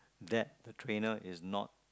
that the trainer is not